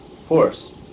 force